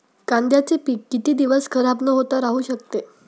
कांद्याचे पीक किती दिवस खराब न होता राहू शकते?